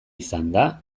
izanda